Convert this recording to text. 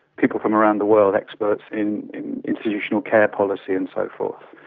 people from around the world, experts in in institutional care policy and so forth.